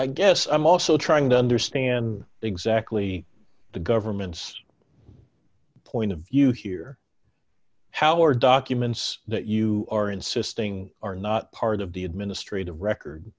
i guess i'm also trying to understand exactly the government's point of view here how are documents that you are insisting are not part of the administrative record